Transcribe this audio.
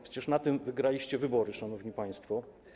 Przecież na tym wygraliście wybory, szanowni państwo.